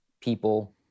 people